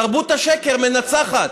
תרבות השקר מנצחת.